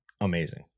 amazing